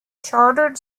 chartered